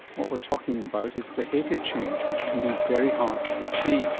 what we're talking about is behaviour change, which can be very hard to achieve.